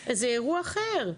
שזה אירוע אחר.